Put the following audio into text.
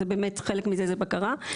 זה באמת חלק מזה זה בקרה.